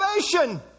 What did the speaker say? salvation